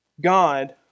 God